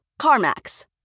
CarMax